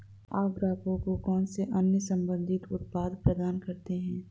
आप ग्राहकों को कौन से अन्य संबंधित उत्पाद प्रदान करते हैं?